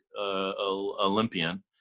Olympian